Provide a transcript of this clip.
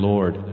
Lord